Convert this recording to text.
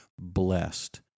blessed